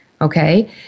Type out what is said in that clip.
Okay